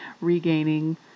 regaining